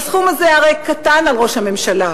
והסכום הזה הרי קטן על ראש הממשלה.